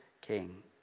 king